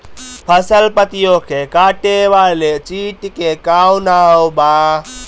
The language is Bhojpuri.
फसल पतियो के काटे वाले चिटि के का नाव बा?